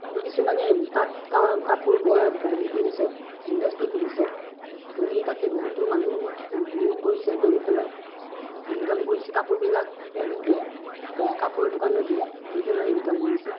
আৰু কিছুমানে তাত কাপোৰ বোৱা হেৰি খুলিছে ইণ্ডাষ্ট্ৰি খুলিছে খুলি তাতে বহুতো মানুহ নিয়োগ কৰিছে কৰি পেলাই ইনকাম কৰিছে কাপোৰবিলাক হেৰিত দিয়ে কাপোৰৰ দোকানত দিয়ে দি পেলাই ইনকাম কৰিছে